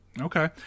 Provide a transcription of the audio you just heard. Okay